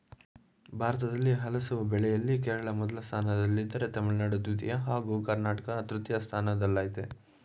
ಭಾರತದಲ್ಲಿ ಹಲಸು ಬೆಳೆಯಲ್ಲಿ ಕೇರಳ ಮೊದಲ ಸ್ಥಾನದಲ್ಲಿದ್ದರೆ ತಮಿಳುನಾಡು ದ್ವಿತೀಯ ಹಾಗೂ ಕರ್ನಾಟಕ ತೃತೀಯ ಸ್ಥಾನದಲ್ಲಯ್ತೆ